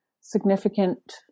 significant